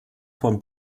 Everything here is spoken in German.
von